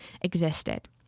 existed